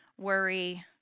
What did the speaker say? worry